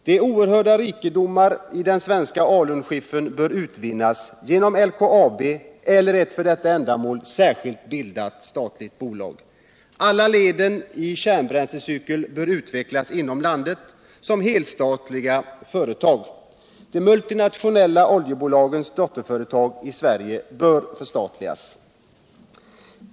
De oerhörda rikedomarna i den svenska alunskittern bör utvinnas genom LKAB eller ett för detta ändamål särskilt bildat statligt bolag. Alla leden i kärnbränslecykeln bör utvecklas inom landet som helstatliga företag. De multinationella oljebolagens dotterföretag i Sverige bör förstatligas.